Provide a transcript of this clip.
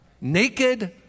Naked